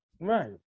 Right